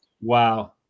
Wow